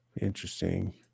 Interesting